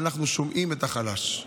אנחנו שומעים את החלש.